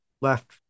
left